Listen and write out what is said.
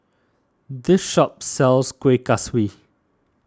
this shop sells Kuih Kaswi